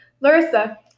Larissa